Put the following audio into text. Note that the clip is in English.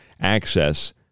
access